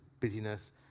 busyness